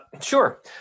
Sure